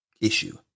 issue